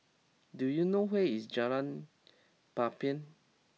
do you know where is Jalan Papan